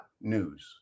news